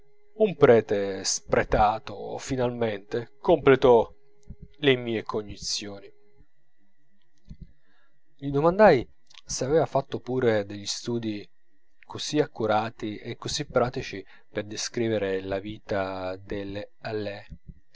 un prete spretato finalmente completò le mie cognizioni gli domandai se aveva fatto pure degli studi così accurati e così pratici per descrivere la vita delle halles